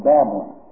Babylon